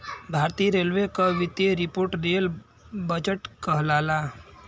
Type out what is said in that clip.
भारतीय रेलवे क वित्तीय रिपोर्ट रेल बजट कहलाला